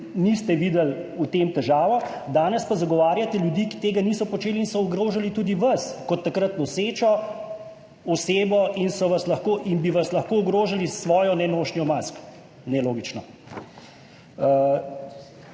niste videli težave, danes pa zagovarjate ljudi, ki tega niso počeli in so ogrožali tudi vas kot takrat nosečo osebo in so vas lahko, in bi vas lahko, ogrožali s svojo nenošnjo mask. Nelogično.